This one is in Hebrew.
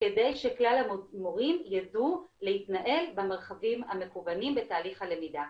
כדי שכלל המורים ידעו להתנהל במרחבים המקוונים בתהליך הלמידה.